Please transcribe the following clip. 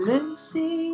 Lucy